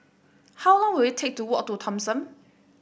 how long will it take to walk to Thomson